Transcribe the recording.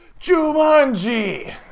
Jumanji